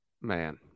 man